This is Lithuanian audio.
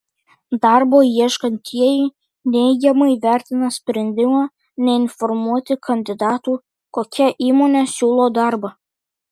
darbo ieškantieji neigiamai vertina sprendimą neinformuoti kandidatų kokia įmonė siūlo darbą